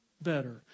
better